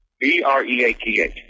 B-R-E-A-T-H